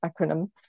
Acronym